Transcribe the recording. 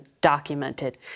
documented